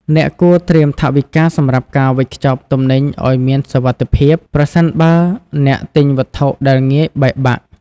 អ្នកគួរត្រៀមថវិកាសម្រាប់ការវេចខ្ចប់ទំនិញឱ្យមានសុវត្ថិភាព ប្រសិនបើអ្នកទិញវត្ថុដែលងាយបែកបាក់។